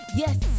yes